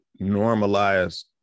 normalize